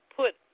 put